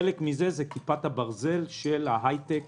חלק מזה זה כיפת הברזל של ההייטק